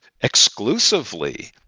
exclusively